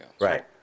Right